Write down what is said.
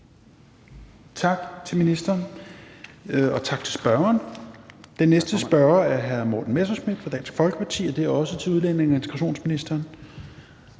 Tak til ministeren, og tak til spørgeren. Den næste spørger er hr. Morten Messerschmidt fra Dansk Folkeparti, og spørgsmålet er også til udlændinge- og integrationsministeren.